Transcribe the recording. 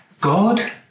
God